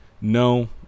no